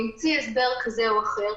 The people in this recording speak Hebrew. המציא הסבר כזה או אחר,